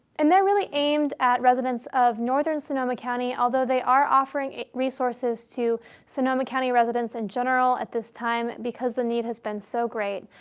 and they're really aimed at residents of northern sonoma county, although they are offering resources to sonoma county residents in general at this time because the need has been so great.